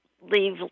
leave